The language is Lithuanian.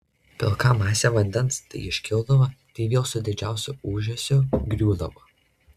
pilka masė vandens tai iškildavo tai vėl su didžiausiu ūžesiu griūdavo